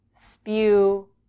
spew